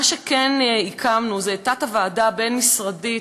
מה שכן הקמנו זה את התת-ועדה הבין-משרדית